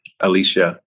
Alicia